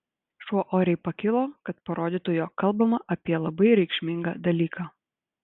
šuo oriai pakilo kad parodytų jog kalbama apie labai reikšmingą dalyką